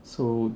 so